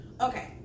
okay